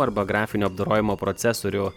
arba grafinio apdorojimo procesorių